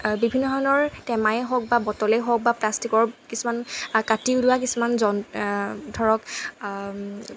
বিভিন্ন ধৰণৰ টেমাই হওক বা বটলেই হওক বা প্লাষ্টিকৰ কিছুমান কাটি উলিওৱা কিছুমান জন ধৰক